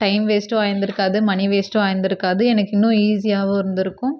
time வேஸ்ட்டும் ஆகிருந்துருக்காது மணி வேஸ்ட்டும் ஆகிருந்துருக்காது எனக்கு இன்னும் ஈசியாகவும் இருந்துருக்கும்